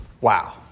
Wow